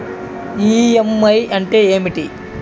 EMI అంటే ఏమిటి?